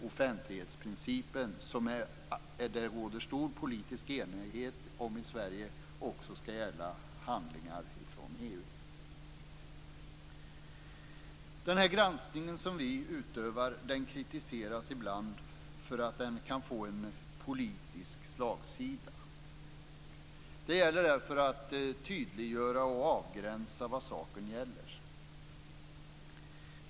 Offentlighetsprincipen, som det råder stor politisk enighet om i Sverige, skall också gälla handlingar från EU. Den granskning som vi utövar kritiseras ibland för att den kan få en politisk slagsida. Det gäller därför att tydliggöra och avgränsa vad saken gäller.